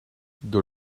door